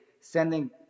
sending